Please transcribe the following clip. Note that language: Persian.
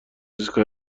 ایستگاه